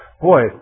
boy